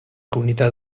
comunitat